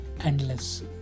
endless